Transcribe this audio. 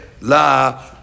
La